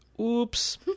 oops